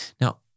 Now